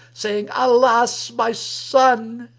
saying, alas, my son!